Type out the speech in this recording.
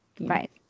Right